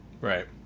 Right